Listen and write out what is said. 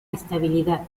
estabilidad